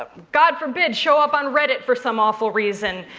ah god forbid, show up on reddit for some awful reason.